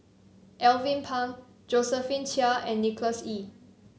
Alvin Pang Josephine Chia and Nicholas Ee